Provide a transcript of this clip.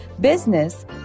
business